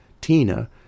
tina